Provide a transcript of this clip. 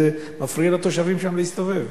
זה מפריע לתושבים שם להסתובב,